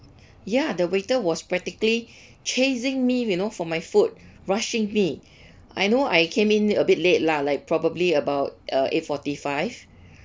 ya the waiter was practically chasing me you know for my food rushing me I know I came in a bit late lah like probably about uh eight forty five